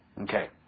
Okay